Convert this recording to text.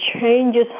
changes